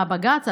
מהבג"ץ,